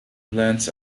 plants